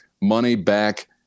money-back